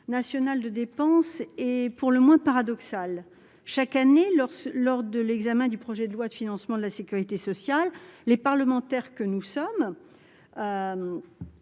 d'assurance maladie est pour le moins paradoxal ... Chaque année, lors de l'examen du projet de loi de financement de la sécurité sociale, les parlementaires que nous sommes